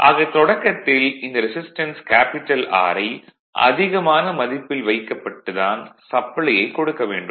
ஆக தொடக்கத்தில் இந்த ரெசிஸ்டன்ஸ் R ஐ அதிகமான மதிப்பில் வைக்கப்பட்டு தான் சப்ளையைக் கொடுக்க வேண்டும்